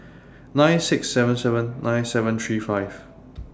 nine six seven seven nine seven three five